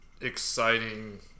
exciting